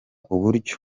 uburyo